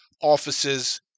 offices